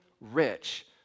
rich